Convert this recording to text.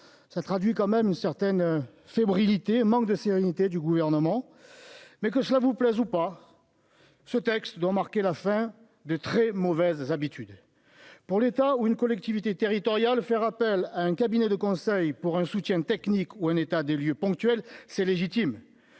ça traduit quand même une certaine fébrilité manque de sérénité du gouvernement mais que cela vous plaise ou pas, ce texte doit marquer la fin de très mauvaises habitudes pour l'état ou une collectivité territoriale, faire appel à un cabinet de conseil pour un soutien technique ou un état des lieux ponctuel, c'est légitime,